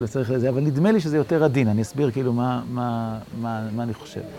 אבל נדמה לי שזה יותר עדין, אני אסביר כאילו מה אני חושב.